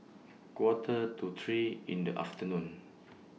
Quarter to three in The afternoon